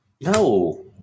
No